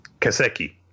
Kaseki